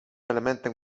elementem